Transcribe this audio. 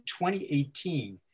2018